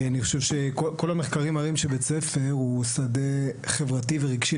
אני חושב שכל המחקרים מראים שבית ספר הוא שדה חברתי ורגשי,